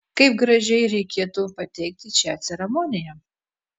kaip gražiai reikėtų pateikti šią ceremoniją